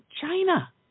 China